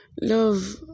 Love